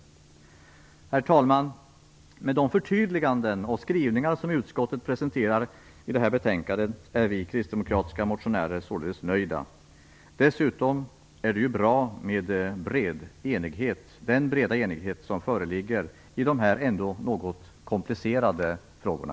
Herr talman! Med de förtydliganden och skrivningar som utskottet presenterar i det här betänkandet är vi kristdemokratiska motionärer således nöjda. Dessutom är det bra med den breda enighet som föreligger i de här något komplicerade frågorna.